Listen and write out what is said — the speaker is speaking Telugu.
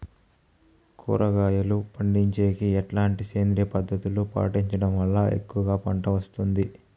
కూరగాయలు పండించేకి ఎట్లాంటి సేంద్రియ పద్ధతులు పాటించడం వల్ల ఎక్కువగా పంట వస్తుంది?